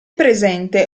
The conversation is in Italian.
presente